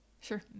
sure